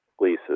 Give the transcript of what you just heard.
leases